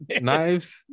knives